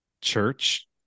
church